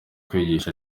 kwigisha